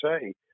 say